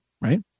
right